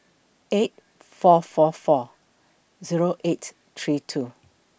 eight four four four Zero eight three two